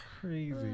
Crazy